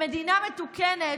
במדינה מתוקנת,